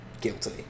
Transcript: guilty